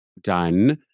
done